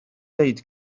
dweud